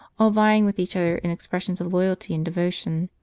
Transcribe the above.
all vieing with each other in expressions of loyalty and devotion.